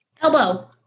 Elbow